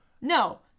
No